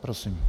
Prosím.